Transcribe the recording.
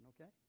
okay